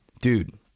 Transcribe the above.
dude